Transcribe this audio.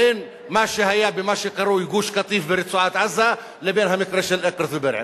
בין מה שהיה במה שקרוי גוש-קטיף ורצועת-עזה לבין המקרה של אקרית ובירעם.